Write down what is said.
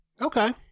okay